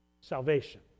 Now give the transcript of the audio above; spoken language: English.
salvation